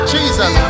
Jesus